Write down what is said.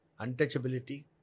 untouchability